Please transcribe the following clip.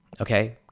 Okay